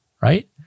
right